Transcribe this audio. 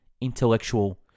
intellectual